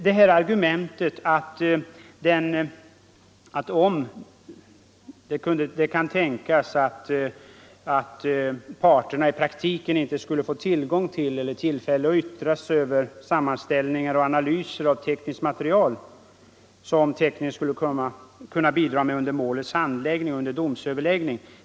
Herr Olsson i Sundsvall tog också upp argumentet, att det kan tänkas att parterna i praktiken inte skulle få tillgång till eller tillfälle att yttra sig över sammanställningar och analyser av tekniskt material, som den tekniske ledamoten skulle kunna bidra med under målets handläggning och under domsöverläggning.